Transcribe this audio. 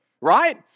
Right